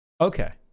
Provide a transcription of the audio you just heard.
Okay